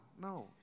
no